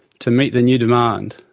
to meet the new demand.